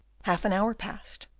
half an hour passed